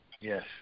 Yes